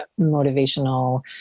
motivational